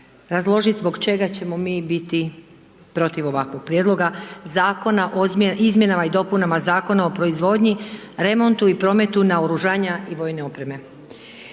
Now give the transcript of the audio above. razložiti zbog čega ćemo mi biti protiv ovakvog Prijedloga zakona o izmjenama i dopunama Zakona o proizvodnji, remontu i prometu naoružanja i vojne opreme.